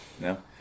No